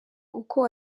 uko